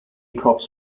crops